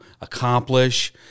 accomplish